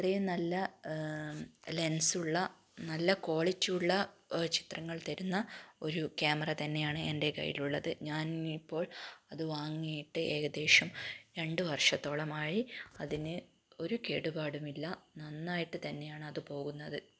വളരെ നല്ല ലെൻസ് ഉള്ള നല്ല ക്വാളിറ്റി ഉള്ള ചിത്രങ്ങൾ തരുന്ന ഒരു ക്യാമറ തന്നെയാണ് എൻ്റെ കയ്യിൽ ഉള്ളത് ഞാൻ ഇപ്പോൾ അത് വാങ്ങിയിട്ട് ഏകദേശം രണ്ടു വർഷത്തോളമായി അതിന് ഒരു കേടുപാടുമില്ല നന്നായിട്ട് തന്നെയാണ് അത് പോകുന്നത്